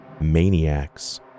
maniacs